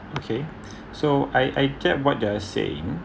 okay so I I get what you're saying